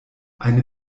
eine